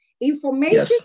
Information